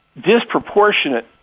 disproportionate